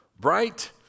bright